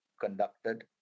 conducted